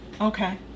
Okay